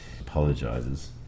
apologizes